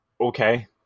okay